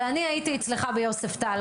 אבל אני הייתי אצלך ביוספטל,